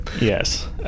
Yes